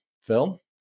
Phil